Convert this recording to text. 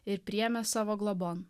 ir priėmė savo globon